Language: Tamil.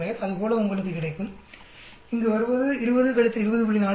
62 அது போல உங்களுக்குக் கிடைக்கும் இங்கு வருவது 20 20